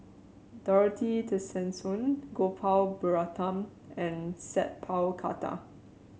Dorothy Tessensohn Gopal Baratham and Sat Pal Khattar